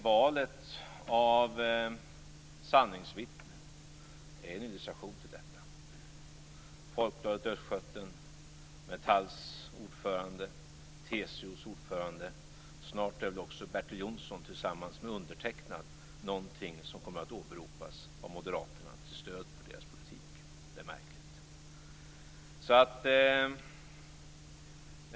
Valet av sanningsvittne är en illustration till detta. Folkbladet Östgöten, Metalls ordförande, TCO:s ordförande, snart är Bertil Jonsson tillsammans med undertecknad någonting som kommer att åberopas av Moderaterna till stöd för deras politik. Det är märkligt.